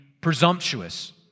presumptuous